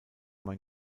mein